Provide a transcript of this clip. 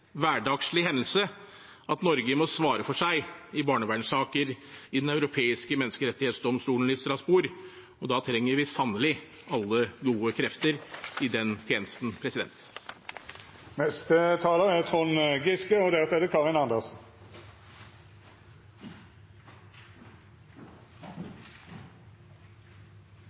hverdagslig hendelse at Norge må svare for seg i barnevernssaker i Den europeiske menneskerettsdomstol i Strasbourg. Og da trenger vi sannelig alle gode krefter i den tjenesten. Det er